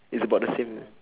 is about the same